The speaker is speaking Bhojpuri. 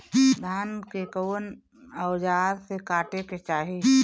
धान के कउन औजार से काटे के चाही?